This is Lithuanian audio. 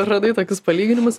radai tokius palyginimus